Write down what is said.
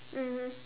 mmhmm